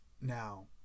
Now